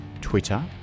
Twitter